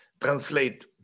translate